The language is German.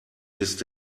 ist